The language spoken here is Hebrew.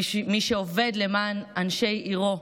מי שעובד למען אנשי עירו,